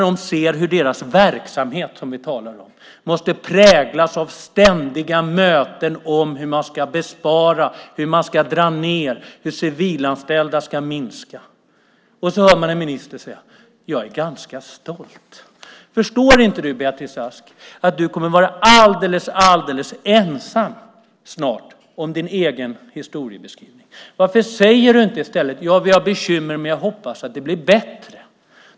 De ser hur deras verksamhet, som vi talar om, måste präglas av ständiga möten om hur man ska bespara, dra ned, hur civilanställda ska minska i antal. Så hör man en minister säga: Jag är ganska stolt. Förstår inte du, Beatrice Ask, att du kommer att vara alldeles ensam snart om din egen historieskrivning. Varför säger du inte i stället att ni har bekymmer, men du hoppas att det blir bättre?